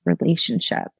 relationship